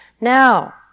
Now